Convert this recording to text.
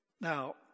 Now